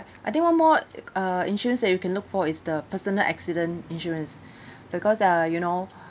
I think one more uh insurance that you can look for is the personal accident insurance because uh you know